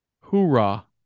Hoorah